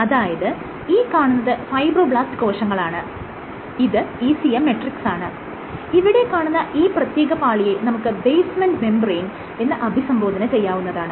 അതായത് ഈ കാണുന്നത് ഫൈബ്രോബ്ലാസ്റ് കോശങ്ങളാണ് ഇത് ECM മെട്രിക്സാണ് ഇവിടെ കാണുന്ന ഈ പ്രത്യേക പാളിയെ നമുക്ക് ബേസ്മെൻറ് മെംബ്രേയ്ൻ എന്ന് അഭിസംബോധന ചെയ്യാവുന്നതാണ്